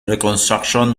reconstruction